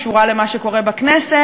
קשורה למה שקורה בכנסת,